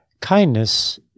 kindness